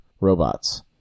robots